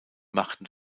machten